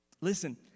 Listen